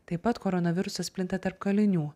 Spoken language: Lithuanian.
taip pat koronavirusas plinta tarp kalinių